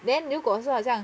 then 如果是好像